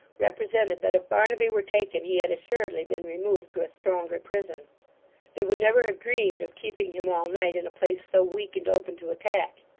represented that if barnaby were taken he had assuredly been removed to a stronger prison they would never have dreamed of keeping him all night in a place so weak and open to attack.